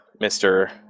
Mr